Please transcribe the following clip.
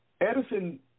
Edison